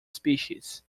species